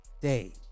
day